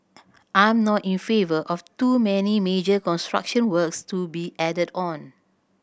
I'm not in favour of too many major construction works to be added on